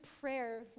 prayer